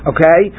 Okay